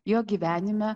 jo gyvenime